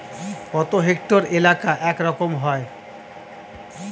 কত হেক্টর এলাকা এক একর হয়?